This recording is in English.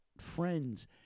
friends